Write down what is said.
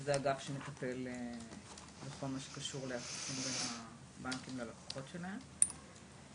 שזה האגף שמטפל בכל מה שקשור ליחסים בין הבנקים ללקוחות שלהם.